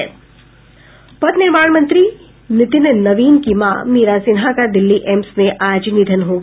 पथ निर्माण मंत्री नितिन नवीन की मां मीरा सिन्हा का दिल्ली एम्स में आज निधन हो गया